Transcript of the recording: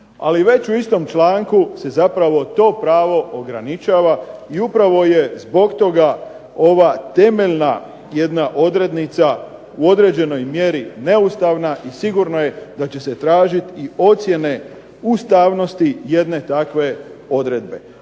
Ali već u istom članku se to pravo ograničava i upravo je zbog toga ova temeljna jedna odrednica u određenoj mjeri neustavna i sigurno je da će se tražiti i ocjene ustavnosti jedne takve odredbe.